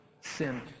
sin